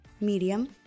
Medium